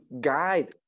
guide